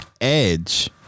Edge